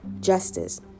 justice